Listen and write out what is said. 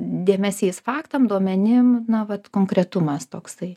dėmesys faktam duomenim na vat konkretumas toksai